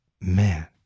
man